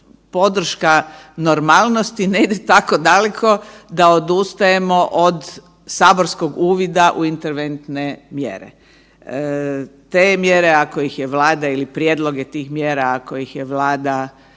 podrška normalnosti ne ide tako daleko da odustajemo od saborskog uvida u interventne mjere. Te mjere ako ih je Vlada ili prijedloge tih mjera ako ih Vlada